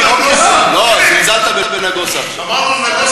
לא, זלזלת בנגוסה עכשיו.